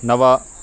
नव